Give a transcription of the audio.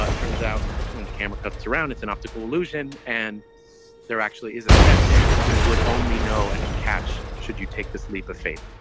like turns out when the camera cuts around, it's an optical illusion. and there actually is a step there that you would only know and and catch. should you take this leap of faith?